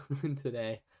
today